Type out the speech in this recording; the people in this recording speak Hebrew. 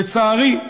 לצערי,